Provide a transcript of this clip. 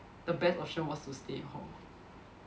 the best option was to stay hall